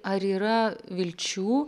ar yra vilčių